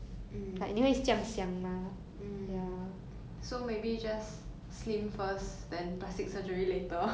slim first then plastic surgery later when you slim then 还不可以 then resort to plastic surgery 对吗